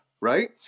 right